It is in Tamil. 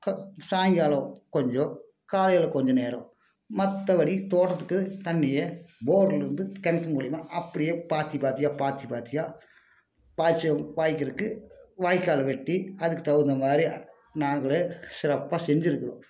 க சாயங்காலம் கொஞ்சம் காலையில் கொஞ்ச நேரம் மற்றபடி தோட்டத்துக்கு தண்ணியே போர்லிருந்து கிணத்து மூலயமா அப்படியே பாத்தி பாத்தியாக பாத்தி பாத்தியாக பாய்ச்ச பாய்ச்சுறக்கு வாய்க்காலை வெட்டி அதுக்கு தகுந்தமாதிரி நாங்களே சிறப்பாக செஞ்சுருக்குறோம்